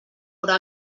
però